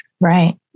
Right